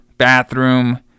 Bathroom